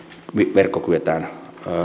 verkko kyetään